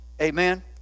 Amen